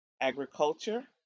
agriculture